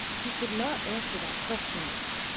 he could not answer that question yet,